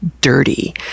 dirty